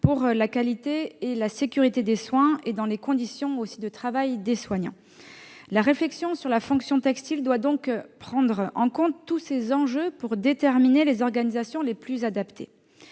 la qualité et la sécurité des soins, ainsi que les bonnes conditions de travail des soignants. La réflexion sur la fonction textile doit prendre en compte tous ces enjeux pour déterminer les organisations les plus adaptées.